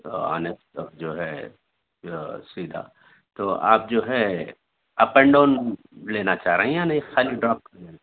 آنے جو ہے جو سیدھا تو آپ جو ہے اپ اینڈ ڈاؤن لینا چاہ رہے ہیں یا نی خالی ڈراپ